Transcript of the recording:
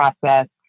process